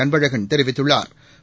அன்பழகன் தெரிவித்துள்ளாா்